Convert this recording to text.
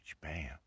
bam